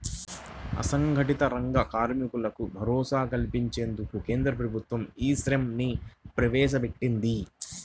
అసంఘటిత రంగ కార్మికులకు భరోసా కల్పించేందుకు కేంద్ర ప్రభుత్వం ఈ శ్రమ్ ని ప్రవేశపెట్టింది